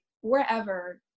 wherever